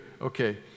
Okay